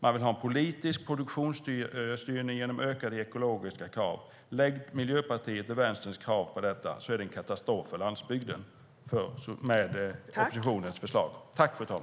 Man vill ha en politisk produktionsstyrning genom ökade ekologiska krav. Lägg Miljöpartiets och Vänsterns krav på detta så är oppositionens förslag en katastrof för landsbygden!